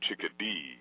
chickadee